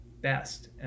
best